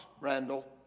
Randall